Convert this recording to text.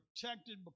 protected